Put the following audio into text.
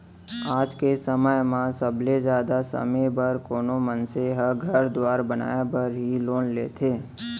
आज के समय म सबले जादा समे बर कोनो मनसे ह घर दुवार बनाय बर ही लोन लेथें